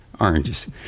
oranges